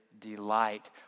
delight